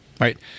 Right